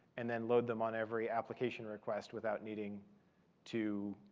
and then load them on every application request without needing to